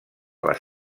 les